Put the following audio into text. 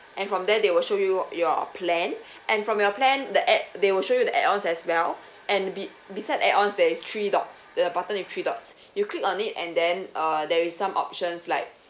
and from there they will show you your plan and from your plan the add~ they will show you the add-ons as well and be~ beside add-ons there is three dots the button with three dots you click on it and then uh there is some options like